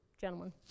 gentlemen